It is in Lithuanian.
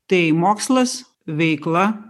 tai mokslas veikla